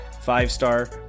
five-star